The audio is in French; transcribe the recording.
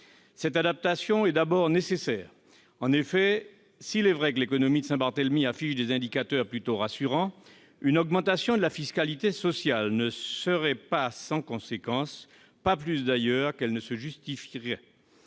Cette adaptation est d'abord nécessaire. En effet, s'il est vrai que l'économie de Saint-Barthélemy affiche des indicateurs plutôt rassurants, une augmentation de la fiscalité sociale ne serait pas sans conséquence et ne se justifierait